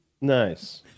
Nice